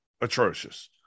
Atrocious